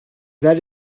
that